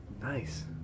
nice